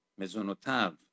Mezonotav